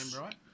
right